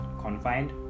confined